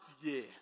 year